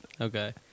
Okay